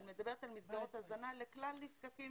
אני מדברת על מסגרות הזנה לכלל הנזקקים